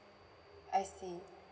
I see